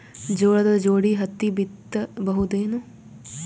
ಜೋಳದ ಜೋಡಿ ಹತ್ತಿ ಬಿತ್ತ ಬಹುದೇನು?